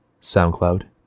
soundcloud